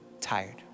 tired